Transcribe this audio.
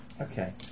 Okay